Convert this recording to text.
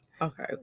okay